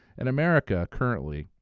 and america, currently,